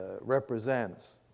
represents